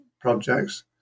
projects